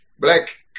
black